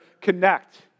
connect